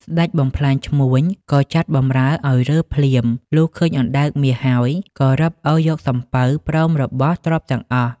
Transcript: ស្ដេចបំផ្លាញឈ្មួញ ក៏ចាត់បម្រើឲ្យរើភ្លាម លុះឃើញអណ្តើកមាសហើយ ក៏រឹបអូសយកសំពៅ ព្រមរបស់ ទ្រព្យទាំងអស់។